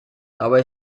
dabei